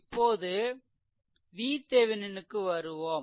இப்போது VThevenin க்கு வருவோம்